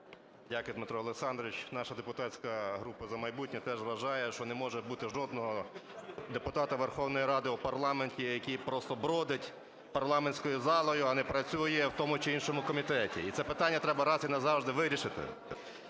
Дякую, Дмитро Олександрович. Наша депутатська група "За майбутнє" теж вважає, що не може бути жодного депутата Верховної Ради в парламенті, який просто бродить парламентською залою, а не працює в тому чи іншому комітеті. І це питання треба раз і назавжди вирішити.